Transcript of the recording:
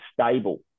stable